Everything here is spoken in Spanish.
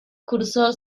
cursó